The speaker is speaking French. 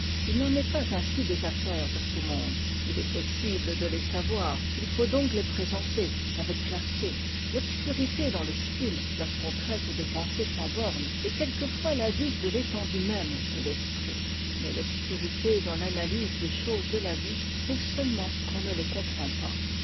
i n'en est pas ainsi des affaires de ce monde i est possible de les savoir il faut donc les présenter avec c arté l'obscurité dans le style lorsqu'on traite des pensées sans bornes est quelquefois l'indice de l'étendue même de l'esprit mais obscurité dans l'analyse des choses de la vie prouve seulement qu'on ne les comprend pas